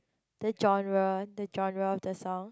the genre the genre of the song